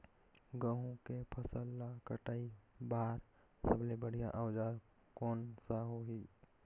गहूं के फसल ला कटाई बार सबले बढ़िया औजार कोन सा होही?